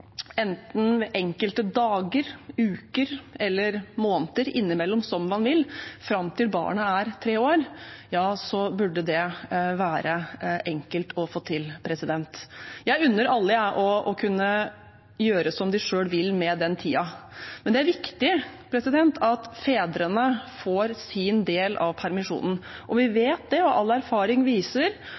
enkelte dager, uker eller måneder innimellom som man vil fram til barnet er tre år – ja, så burde det være enkelt å få til. Jeg unner alle å kunne gjøre som de selv vil med den tiden. Men det er viktig at fedrene får sin del av permisjonen. Vi vet – og all erfaring viser